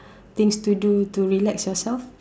things to do to relax yourself